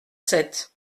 sept